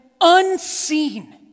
unseen